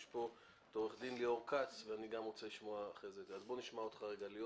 נמצא פה עורך דין ליאור כץ ואני מבקש לשמוע ממנו את הנושא המשפטי.